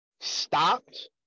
stopped